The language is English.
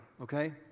okay